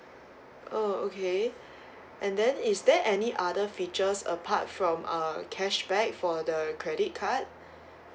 oh okay and then is there any other features apart from uh cashback for the credit card